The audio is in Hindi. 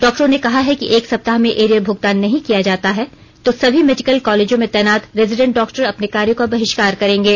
डॉक्टरों ने कहा है कि एक सप्ताह में एरियर भुगतान नहीं किया जाता है तो सभी मेडिकल कॉलेजों में तैनात रेजिडेंट डॉक्टर अपने कार्यों का बहिष्कार करेंगे